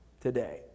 today